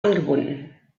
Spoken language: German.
angebunden